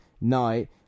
night